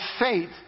faith